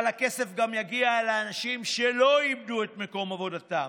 אבל הכסף גם יגיע לאנשים שלא איבדו את מקום עבודתם.